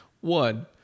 One